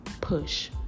push